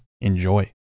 Enjoy